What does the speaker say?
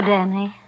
Danny